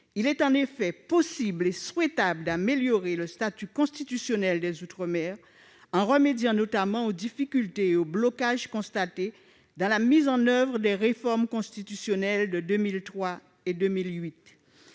Il est en effet possible et souhaitable d'améliorer le statut constitutionnel des outre-mer en remédiant notamment aux difficultés et aux blocages constatés dans la mise en oeuvre des réformes constitutionnelles de 2003 et de 2008.